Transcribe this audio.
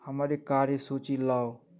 हमर कार्यसूची लाउ